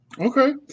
Okay